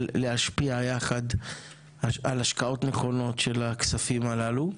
להשפיע יחד על השקעות נכונות של הכספים הללו.